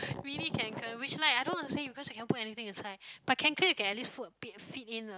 mini Kanken which like I don't understand because you cannot put anything inside but Kanken you can at least put a bit fit in a